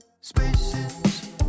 spaces